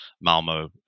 Malmo